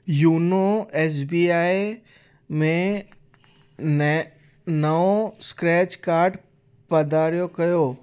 Uno S B I में ने नओं स्क्रेच कार्ड पधारियो कयो